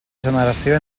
generació